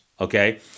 okay